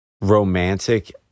romantic